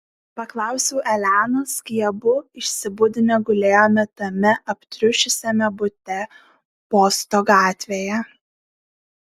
paklausiau elenos kai abu išsibudinę gulėjome tame aptriušusiame bute posto gatvėje